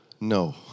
no